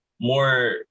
more